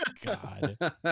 God